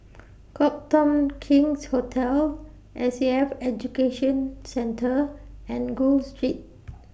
Copthorne King's Hotel S A F Education Centre and Gul Street